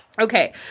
Okay